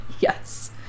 Yes